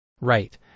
Right